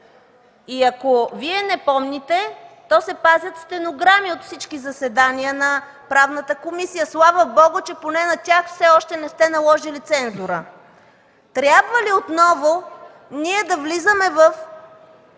И ако Вие не помните, то се пазят стенограми от всички заседания на Правната комисия. Слава Богу, че поне на тях все още не сте наложили цензура. Трябва ли отново да влизаме в